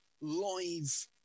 live